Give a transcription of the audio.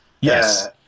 Yes